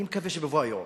אני מקווה שבבוא היום